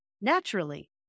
naturally